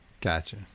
Gotcha